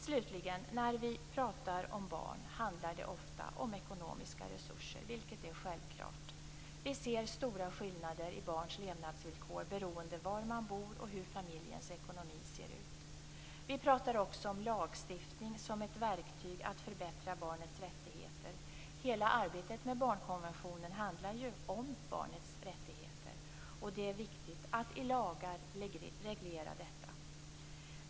Slutligen: När vi pratar om barn handlar det ofta om ekonomiska resurser, vilket är självklart. Vi ser stora skillnader i barns levnadsvillkor beroende på var man bor och på hur familjens ekonomi ser ut. Vi pratar också om lagstiftning som ett verktyg för att förbättra barnets rättigheter. Hela arbetet med barnkonventionen handlar ju om barnets rättigheter. Det är viktigt att i lagar reglera detta.